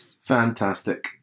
Fantastic